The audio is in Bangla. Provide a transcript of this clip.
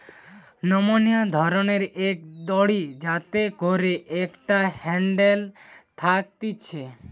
নমনীয় ধরণের এক দড়ি যাতে করে একটা হ্যান্ডেল থাকতিছে